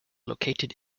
located